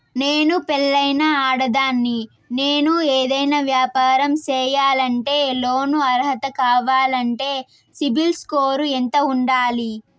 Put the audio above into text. నేను పెళ్ళైన ఆడదాన్ని, నేను ఏదైనా వ్యాపారం సేయాలంటే లోను అర్హత కావాలంటే సిబిల్ స్కోరు ఎంత ఉండాలి?